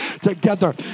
together